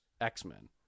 X-Men